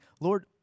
Lord